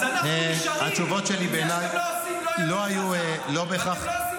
אז אנחנו נשארים עם זה שאתם לא עושים לא ימין חזק ואתם לא עושים